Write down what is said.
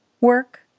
work